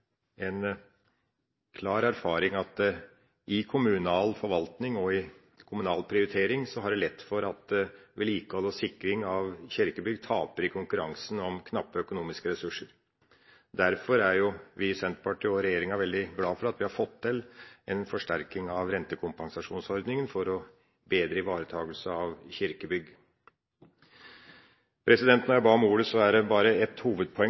en klar erfaring at i kommunal forvaltning og i kommunal prioritering er det lett for at vedlikehold og sikring av kirkebygg taper i konkurransen om knappe økonomiske ressurser. Derfor er vi i Senterpartiet og regjeringa veldig glad for at vi har fått til en forsterking av rentekompensasjonsordningen, for bedre ivaretakelse av kirkebygg. Jeg ba om ordet for å anføre et hovedpoeng,